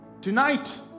Tonight